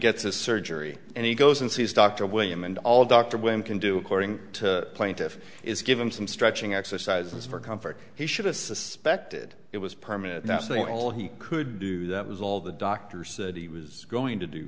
gets a surgery and he goes and sees dr william and all doctor when can do according to plaintiff is give him some stretching exercises for comfort he should have suspected it was permanent now saying all he could do that was all the doctor said he was going to do